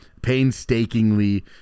painstakingly